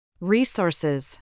Resources